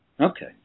Okay